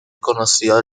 conocido